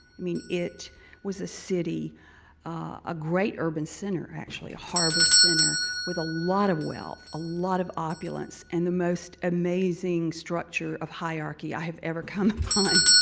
i mean, it was a city a great urban center actually, a harbor center. with a lot of wealth, a lot of oppulence, and the most amazing structure of hierarchy i have ever come upon.